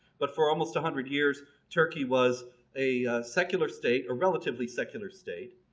but for almost a hundred years turkey was a secular state, a relatively secular state,